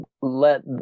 let